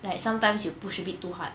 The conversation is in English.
like sometimes you push a bit too hard